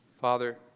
Father